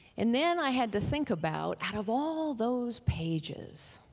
and then i had to think about out of all those pages